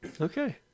Okay